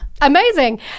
amazing